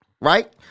right